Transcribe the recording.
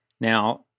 Now